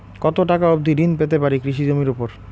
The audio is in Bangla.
কত টাকা অবধি ঋণ পেতে পারি কৃষি জমির উপর?